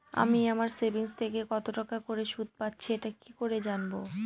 আমি আমার সেভিংস থেকে কতটাকা করে সুদ পাচ্ছি এটা কি করে জানব?